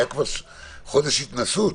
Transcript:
הוא היה כבר בחודש התנסות,